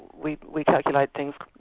we we calculate things,